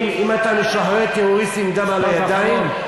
אם אתה משחרר טרוריסטים עם דם על הידיים,